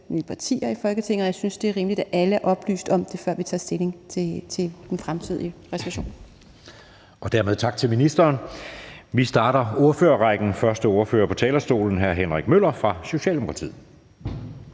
partier i Folketinget, og jeg synes, det er rimeligt, at alle er oplyst om det, før vi tager stilling til den fremtidige reservation. Kl. 17:24 Anden næstformand (Jeppe Søe): Dermed tak til ministeren. Vi starter på ordførerrækken. Den første ordfører på talerstolen er hr. Henrik Møller fra Socialdemokratiet.